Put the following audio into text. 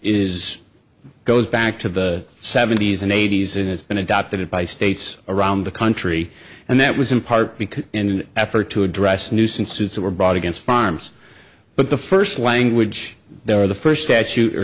is goes back to the seventy's and eighty's and it's been adopted by states around the country and that was in part because in an effort to address nuisance suits that were brought against farms but the first language there the first statute